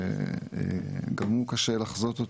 שגם אותו קשה לחזות,